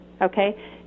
okay